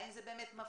האם זה באמת מפחיד.